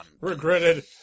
Regretted